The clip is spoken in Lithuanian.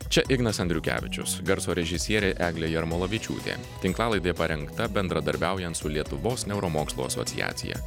čia ignas andriukevičius garso režisierė eglė jarmolavičiūtė tinklalaidė parengta bendradarbiaujant su lietuvos neuromokslų asociacija